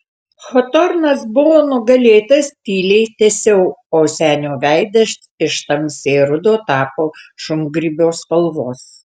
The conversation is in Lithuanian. hotornas buvo nugalėtas tyliai tęsiau o senio veidas iš tamsiai rudo tapo šungrybio spalvos